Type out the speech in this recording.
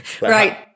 Right